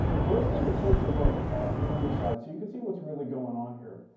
so let's take a closer look at the underside so you can see what's really going on here.